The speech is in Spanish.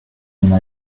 una